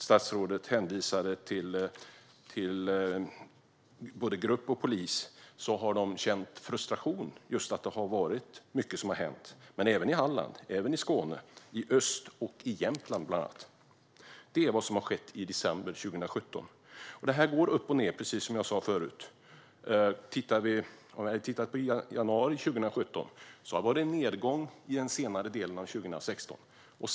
Statsrådet hänvisade både till den särskilda gruppen och till polisen. De har känt frustration över att mycket har hänt. Det har även skett i bland annat Halland, Skåne, östra Sverige och Jämtland, och det har skett i december 2017. Precis som jag sa förut går det här upp och ned i statistiken. Under senare delen av 2016 var det en nedgång.